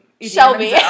Shelby